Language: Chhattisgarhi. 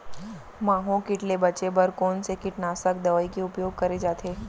माहो किट ले बचे बर कोन से कीटनाशक दवई के उपयोग करे जाथे?